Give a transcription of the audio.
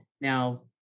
Now